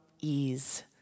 Ease